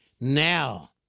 Now